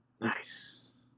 Nice